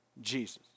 Jesus